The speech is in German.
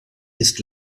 ist